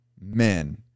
men